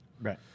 Right